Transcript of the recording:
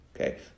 Okay